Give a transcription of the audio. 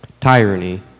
Tyranny